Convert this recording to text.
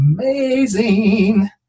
amazing